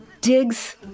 digs